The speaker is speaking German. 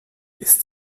ist